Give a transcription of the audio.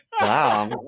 Wow